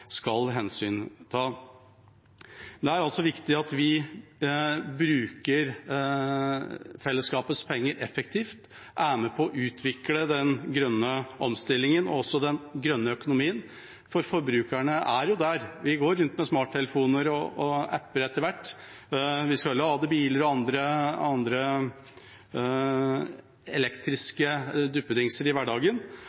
hensynta. Det er viktig at vi bruker fellesskapets penger effektivt, at vi er med på å utvikle den grønne omstillingen, og også den grønne økonomien. Forbrukerne er jo der – vi går rundt med smarttelefoner og app-er etter hvert, vi skal lade biler og andre